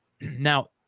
Now